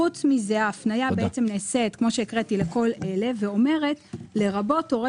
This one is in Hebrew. חוץ מזה ההפניה בעצם נעשית לכל אלה ואומרת "לרבות הורה